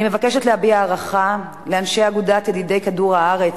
אני מבקשת להביע הערכה לאנשי אגודת "ידידי כדור-הארץ,